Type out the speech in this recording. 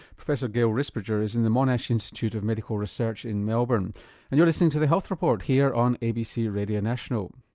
professor gail risbridger is in the monash institute of medical research in melbourne and you're listening to the health report here on abc radio national.